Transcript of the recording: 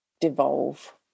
devolve